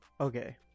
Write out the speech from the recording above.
Okay